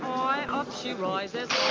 up she rises,